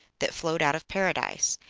that flowed out of paradise,